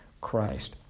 Christ